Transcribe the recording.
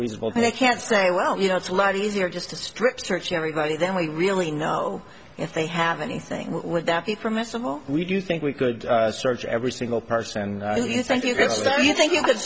reasonable they can say well you know it's a lot easier just to strip search everybody than we really know if they have anything would that be permissible we do think we could search every single person you think you c